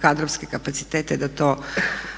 kadrovske kapacitete da to pratimo.